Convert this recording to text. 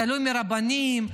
תלוי ברבנים,